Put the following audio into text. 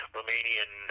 Romanian